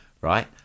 right